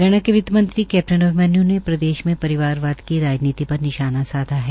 हरियाणा के वित्त मंत्री कैप्टन अभिमन्य् ने प्रदेश में परिवारवाद की राजनीति पर निशाना साधा है